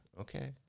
Okay